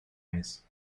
mes